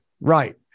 right